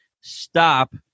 stop